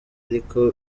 ariko